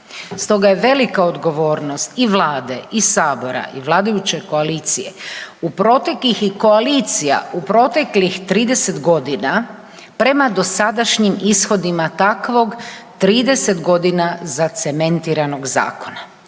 Stoga je velika odgovornost i Vlade i Sabora i vladajuće koalicije i koalicija u proteklih 30 godina prema dosadašnjim ishodima takvog 30 godina zacementiranog zakona,